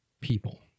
People